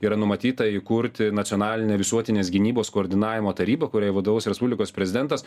yra numatyta įkurti nacionalinę visuotinės gynybos koordinavimo tarybą kuriai vadovaus respublikos prezidentas